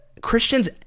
Christians